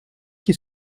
qui